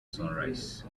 sunrise